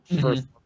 first